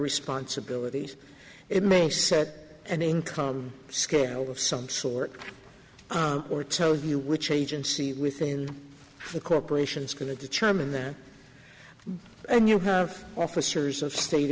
responsibilities it may set an income scale of some sort or tell you which agency within the corporation is going to determine that and you have officers of state